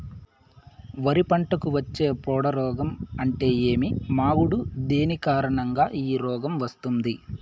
వరి పంటకు వచ్చే పొడ రోగం అంటే ఏమి? మాగుడు దేని కారణంగా ఈ రోగం వస్తుంది?